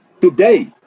today